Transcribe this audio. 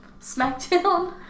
SmackDown